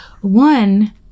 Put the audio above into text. one